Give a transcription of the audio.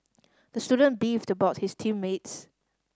the student beefed about his team mates